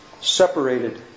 separated